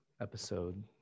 episode